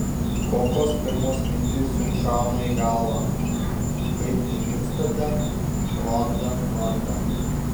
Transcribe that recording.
kokios pirmos mintys jums šauna į galvą kai išgirstate honda vardą